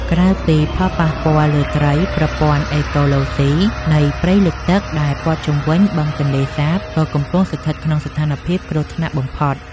ក្រៅពីផលប៉ះពាល់លើត្រី ប្រព័ន្ធអេកូឡូស៊ីនៃព្រៃលិចទឹកដែលព័ទ្ធជុំវិញបឹងទន្លេសាប ក៏កំពុងស្ថិតក្នុងស្ថានភាពគ្រោះថ្នាក់បំផុត។